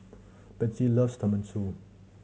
Bethzy loves Tenmusu